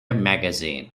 magazine